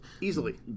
Easily